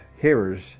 hearers